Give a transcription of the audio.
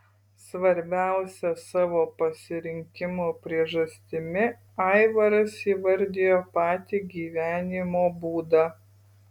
svarbiausia savo pasirinkimo priežastimi aivaras įvardijo patį gyvenimo būdą